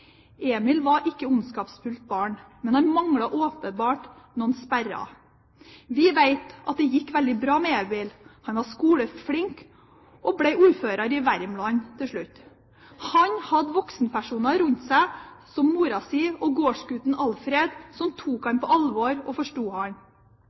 Emil var ikke et ondskapsfullt barn, men han manglet åpenbart noen sperrer. Vi vet at det gikk veldig bra med Emil. Han var skoleflink og ble ordfører i Värmland til slutt. Han hadde voksenpersoner rundt seg, som moren sin og gårdsgutten Alfred, som tok